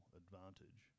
advantage